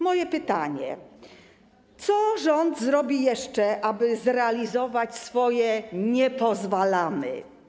Moje pytanie: Co rząd zrobi jeszcze, aby zrealizować swoje „nie pozwalamy”